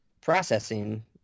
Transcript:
processing